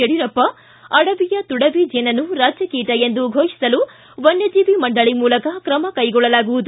ಯಡಿಯೂರಪ್ಪ ಅಡವಿಯ ಶುಡುವಿ ಜೇನನ್ನು ರಾಜ್ಯ ಕೀಟ ಎಂದು ಘೋಷಿಸಲು ವನ್ನ ಜೀವಿ ಮಂಡಳಿ ಮೂಲಕ ಕ್ರಮ ಕೈಗೊಳ್ಳಲಾಗುವುದು